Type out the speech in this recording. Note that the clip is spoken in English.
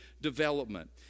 development